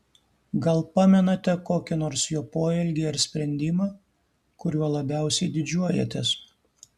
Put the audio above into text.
gal pamenate kokį nors jo poelgį ar sprendimą kuriuo labiausiai didžiuojatės